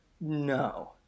No